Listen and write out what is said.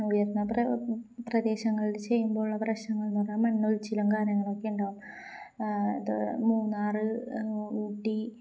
നയർന്ന പ്ര പ്രദേശങ്ങളില് ചെയ്യുമ്പോുള്ള പ്രശ്നൾ എന്ന് പറയാ മണ്ണ ഉൽിച്ചിലും കാര്യങ്ങളൊക്കെ ഇണ്ടാവും അത് മൂന്നാറ് ഊട്ടി